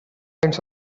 kinds